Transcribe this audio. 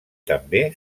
també